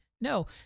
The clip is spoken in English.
no